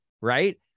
right